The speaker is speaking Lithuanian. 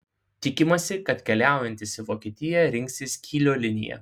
tikimasi kad keliaujantys į vokietiją rinksis kylio liniją